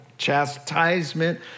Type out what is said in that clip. chastisement